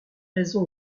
raison